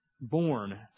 born